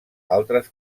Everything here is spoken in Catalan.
altres